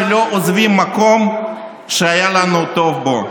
שלא עוזבים מקום שהיה לנו טוב בו.